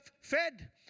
fed